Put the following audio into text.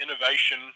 innovation